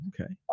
Okay